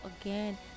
again